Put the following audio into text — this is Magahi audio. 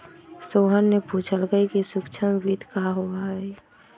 सोहन ने पूछल कई कि सूक्ष्म वित्त का होबा हई?